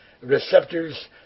receptors